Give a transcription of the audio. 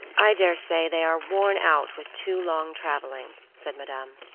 i dare say they are worn out with too long traveling, said madame.